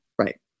Right